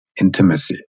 intimacy